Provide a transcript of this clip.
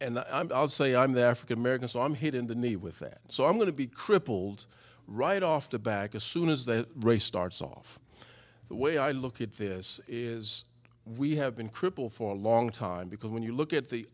and i'll say i'm the african american so i'm hit in the knee with that so i'm going to be crippled right off the back as soon as that race starts off the way i look at this is we have been crippled for a long time because when you look at the